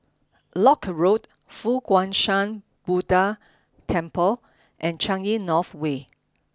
Lock Road Fo Guang Shan Buddha Temple and Changi North Way